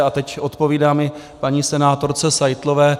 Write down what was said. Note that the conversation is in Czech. A teď odpovídám i paní senátorce Seitlové.